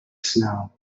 snow